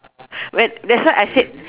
when that's why I said